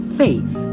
faith